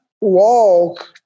walk